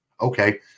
Okay